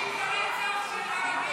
אתם שותפים לרצח של ערבים.